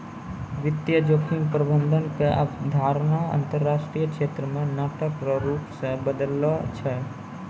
वित्तीय जोखिम प्रबंधन के अवधारणा अंतरराष्ट्रीय क्षेत्र मे नाटक रो रूप से बदललो छै